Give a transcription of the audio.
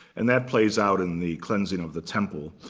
and that plays out in the cleansing of the temple.